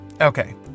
Okay